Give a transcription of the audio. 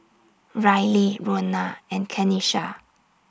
Ryley Rona and Kenisha